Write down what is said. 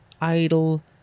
Idle